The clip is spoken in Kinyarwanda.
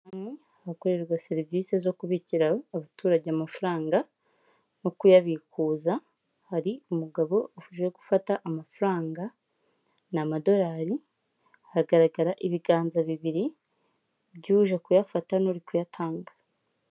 Hakorerwa serivisi zo kubikira abaturage amafaranga, nko kuyabikuza hari umugabo uje gufata amafaranga ni amadorari, hagaragara ibiganza bibiri by'uje kuyafata n'uri kuyatanga.